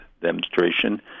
demonstration